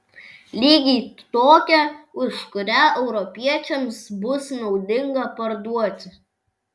lygiai tokią už kurią europiečiams bus naudinga parduoti